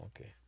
Okay